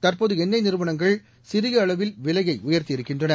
தற்போது எண்ணெய் நிறுவனங்கள் சிறிய அளவில் விலையை உயர்த்தியிருக்கின்றன